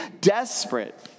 desperate